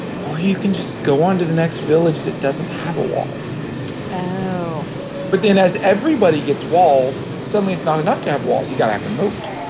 or you can just go on to the next village that doesn't have a wall oh but then as everybody gets walls, suddenly, it's not enough to have walls. you've got to have a moat